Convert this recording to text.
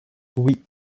oui